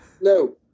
No